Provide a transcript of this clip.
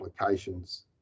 applications